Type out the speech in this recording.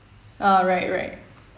ah right right